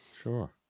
Sure